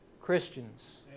Christians